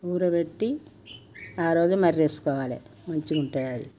ఊరబెట్టి ఆ రోజు మర్రేసుకోవాలే మంచిగా ఉంటుంది అది